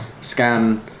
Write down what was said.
scan